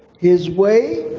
his way,